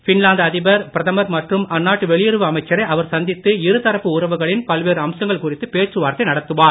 Finland அதிபர் பிரதமர் மற்றும் அந்நாட்டு வெளியுறவு அமைச்சரை அவர் சந்தித்து இருதரப்பு உறவுகளின் பல்வேறு அம்சங்கள் குறித்து பேச்சுவார்த்தை நடத்துவார்